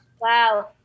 Wow